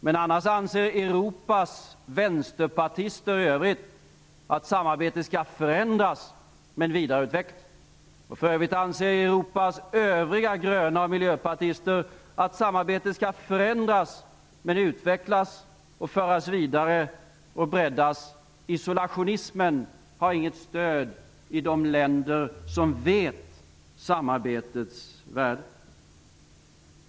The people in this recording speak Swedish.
Men annars anser Europas vänsterpartister i övrigt att samarbetet skall förändras men vidareutvecklas. Europas övriga gröna miljöpartister anser att samarbetet skall förändras men utvecklas och föras vidare och breddas. Isolationismen har inget stöd i de länder som vet samarbetets värde.